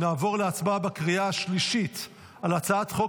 נעבור להצבעה בקריאה השלישית על הצעת חוק